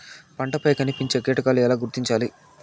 పంటలపై కనిపించే కీటకాలు ఎలా గుర్తించాలి?